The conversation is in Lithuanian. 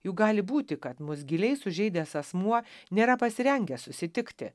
juk gali būti kad mus giliai sužeidęs asmuo nėra pasirengęs susitikti